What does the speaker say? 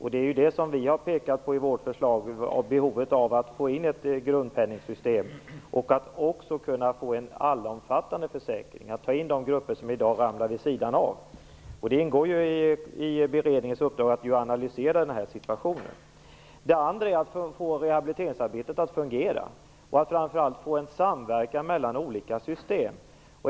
I vårt förslag har vi pekat på behovet av att få in ett grundpenningsystem och att kunna få en allomfattande försäkring som tar in de grupper som i dag ramlar vid sidan av. Det ingår ju i beredningens uppdrag att analysera den här situationen. Den andra är att få rehabiliteringsarbetet att fungera och att framför allt få en samverkan mellan olika system.